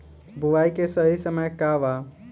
बुआई के सही समय का वा?